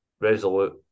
resolute